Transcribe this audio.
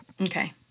Okay